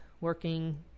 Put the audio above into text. working